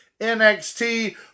NXT